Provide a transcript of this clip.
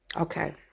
Okay